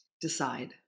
decide